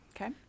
Okay